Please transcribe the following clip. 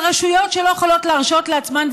אבל רשויות שלא יכולות להרשות לעצמן,